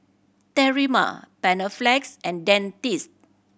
Terimar Panaflex and Dentiste